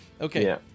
Okay